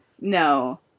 no